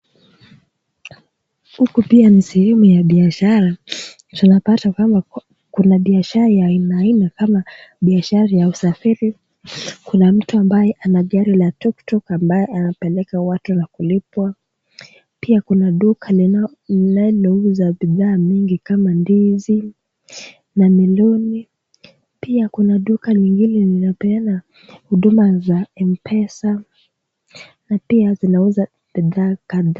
Huku pia ni sehemu ya biashara ,Tunapata kwamba kuna biashara ya ina aina kam biashara ya usafiri . Kuna mtu ambaye ana gari la tuktuk ambaye anapeleka watu na kulipwa pia kuna duka linalo uza bidhaa nyingi kama ndizi na meloni pia kuna duka lingine linapeana huduma za mpesa na pia vinauza bidhaa kadhaa.